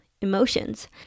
emotions